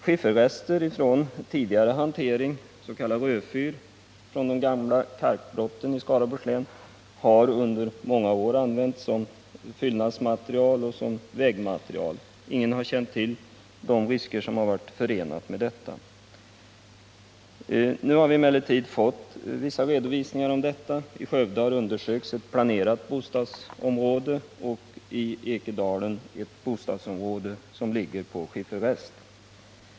Skifferrester från tidigare hantering, s.k. rödfyr från gamla kalkbrott i Skaraborgs län, har i många år använts som fyllnadsoch vägmaterial. Ingen har känt till riskerna med detta. Nu har vi emellertid fått vissa redovisningar. I Skövde har man undersökt ett planerat bostadsområde och i Ekedalen ett bostadsområde som ligger på skifferrester.